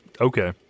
Okay